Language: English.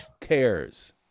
cares